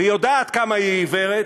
והיא יודעת כמה היא עיוורת,